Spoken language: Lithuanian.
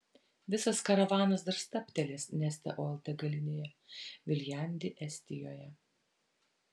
visas karavanas dar stabtelės neste oil degalinėje viljandi estijoje